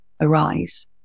arise